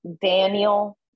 Daniel